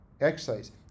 exercise